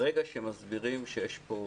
ברגע שמסבירים שיש פה